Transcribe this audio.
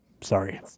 Sorry